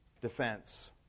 defense